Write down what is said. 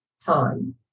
time